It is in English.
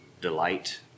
delight